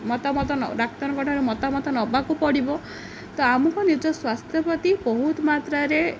ମତାମତ ଡାକ୍ତରଙ୍କ ଠାରୁ ମତାମତ ନେବାକୁ ପଡ଼ିବ ତ ଆମକୁ ନିଜ ସ୍ୱାସ୍ଥ୍ୟ ପ୍ରତି ବହୁତ ମାତ୍ରାରେ